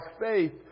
faith